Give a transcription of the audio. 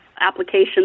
applications